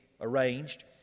arranged